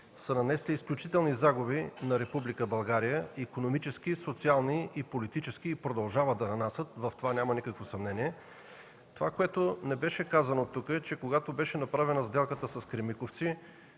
са нанесли изключителни загуби на Република България – икономически, социални и политически, и продължават да нанасят. В това няма никакво съмнение! Онова, което не беше казано тук, е, че когато беше направена сделката с „Кремиковци”,